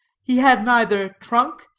he had neither trunk,